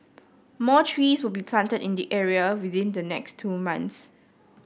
more trees will be planted in the area within the next two months